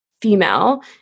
female